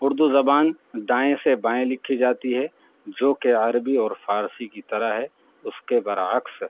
اردو زبان دائیں سے بائیں لکھی جاتی ہے جوکہ عربی اور فارسی کی طرح ہے اس کے برعکس